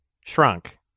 shrunk